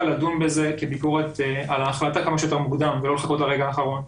לדון בזה כביקורת על ההחלטה כמה שיותר מוקדם ולא לחכות לרגע האחרון.